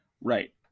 Right